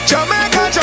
Jamaica